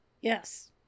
Yes